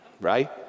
right